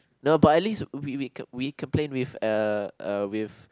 not but at least we we we complain with uh with